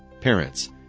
parents